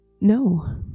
No